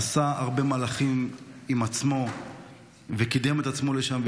עשה הרבה מהלכים עם עצמו וקידם את עצמו לשם,